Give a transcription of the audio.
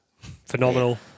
Phenomenal